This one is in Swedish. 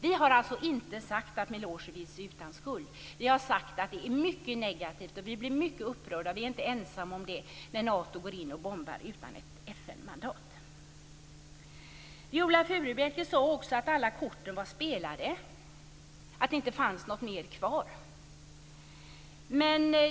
Vi har inte sagt att Milosevic är utan skuld. Vi har sagt att det är mycket negativt och att vi blir mycket upprörda - det är vi inte ensamma om - när Nato bombar utan FN-mandat. Viola Furubjelke sade också att alla kort var utspelade och att det inte fanns något kvar.